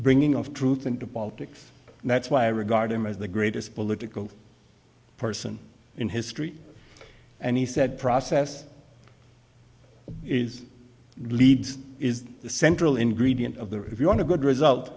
bringing of truth into politics and that's why i regard him as the greatest political person in history and he said process is leads is the central ingredient of the if you want a good result